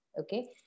okay